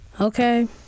Okay